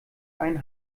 einen